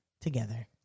together